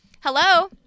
Hello